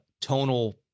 tonal